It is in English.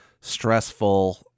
stressful